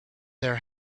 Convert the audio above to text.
their